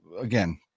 Again